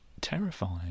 terrifying